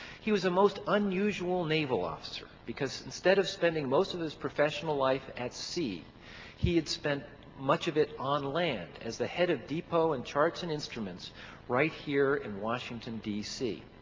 he was a most unusual naval officer because instead of spending most of his professional life at sea he had spent much of it on land as the head of depot and charts and instruments right here in washington d c.